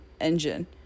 engine